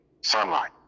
sunlight